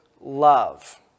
love